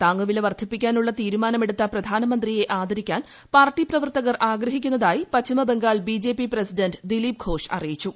താങ്ങുവില വർദ്ധിപ്പിക്കാനുള്ള തീരുമാനമെടുത്ത പ്രധാനമന്ത്രിയെ ആദരിക്കാൻ പാർട്ടി പ്രവർത്തകർ ആഗ്രഹിക്കുന്നതായി പശ്ചിമബംഗാൾ ബിജെപി പ്രസിഡന്റ് ദിലീപ് ഖോഷ് അറിയിച്ചു